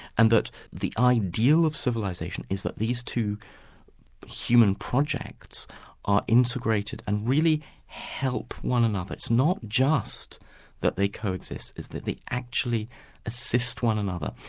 and that the idea of civilisation is that these two human projects are integrated and really help one another. it's not just that they coexist, it's that they actually assist one another.